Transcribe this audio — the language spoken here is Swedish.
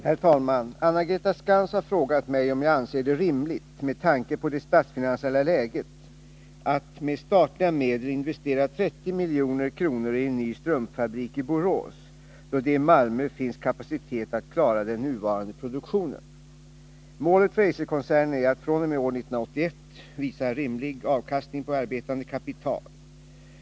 Herr talman! Anna-Greta Skantz har frågat mig om jag anser det rimligt, med tanke på det statsfinansiella läget, att med statliga medel investera 30 milj.kr. i en ny strumpfabrik i Borås, då det i Malmö finns kapacitet att klara den nuvarande produktionen. Målet för Eiserkoncernen är att fr.o.m. år 1981 visa rimlig avkastning på arbetande kapital .